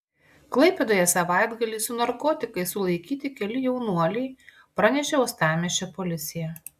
klaipėdoje savaitgalį su narkotikais sulaikyti keli jaunuoliai pranešė uostamiesčio policija